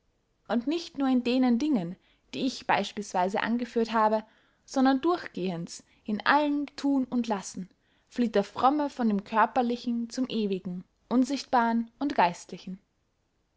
und nicht nur in denen dingen die ich beyspielsweise angeführt habe sondern durchsgehends in allem thun und lassen flieht der fromme von dem körperlichen zum ewigen unsichtbaren und geistlichen